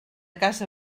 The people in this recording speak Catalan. casa